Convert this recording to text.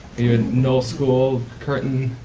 you in null school, curtin?